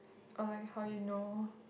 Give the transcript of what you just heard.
or like how you know